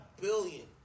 billion